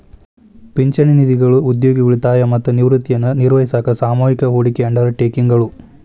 ಪಿಂಚಣಿ ನಿಧಿಗಳು ಉದ್ಯೋಗಿ ಉಳಿತಾಯ ಮತ್ತ ನಿವೃತ್ತಿಯನ್ನ ನಿರ್ವಹಿಸಾಕ ಸಾಮೂಹಿಕ ಹೂಡಿಕೆ ಅಂಡರ್ ಟೇಕಿಂಗ್ ಗಳು